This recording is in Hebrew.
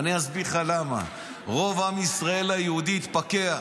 אני אסביר לך למה, רוב עם ישראל היהודי התפכח.